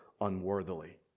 unworthily